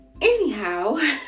anyhow